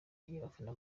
y’abafana